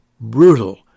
brutal